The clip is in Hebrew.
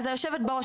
אז היושבת בראש,